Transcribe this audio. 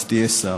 אז תהיה שר.